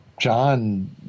John